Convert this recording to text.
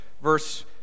verse